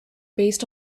based